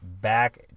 back